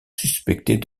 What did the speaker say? suspectés